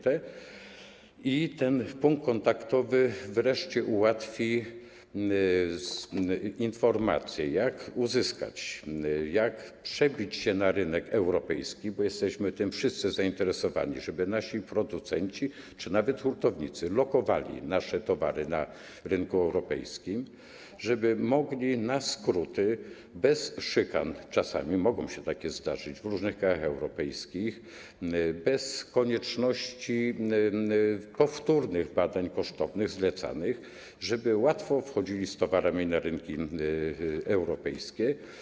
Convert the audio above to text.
Ten punkt kontaktowy wreszcie ułatwi informację, jak uzyskać, jak przebić się na rynek europejski, bo wszyscy jesteśmy tym zainteresowani, żeby nasi producenci, czy nawet hurtownicy, lokowali nasze towary na rynku europejskim, żeby mogli na skróty, bez szykan - czasami mogą się takie zdarzyć w różnych krajach europejskich - bez konieczności powtórnych badań, kosztownych, zlecanych, żeby łatwo wchodzili z towarami na rynki europejskie.